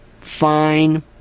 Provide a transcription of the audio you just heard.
Fine